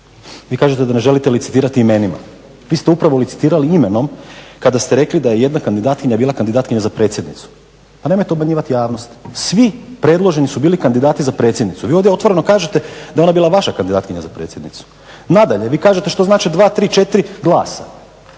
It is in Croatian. Vi kažete da ne želite licitirati imenima. Vi ste upravo licitirali imenom kada ste rekli da je jedna kandidatkinja bila kandidatkinja za predsjednicu. Pa nemojte obmanjivati javnost. Svi predloženi su bili kandidati za predsjednicu. Vi ovdje otvoreno kažete da je ona bila vaša kandidatkinja za predsjednicu. Nadalje, vi kažete što znači 2, 3, 4 glasa?